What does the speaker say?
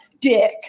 Dick